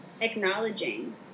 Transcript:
acknowledging